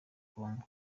congo